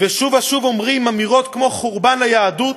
ושוב ושוב אומרים אמירות כמו חורבן ליהדות,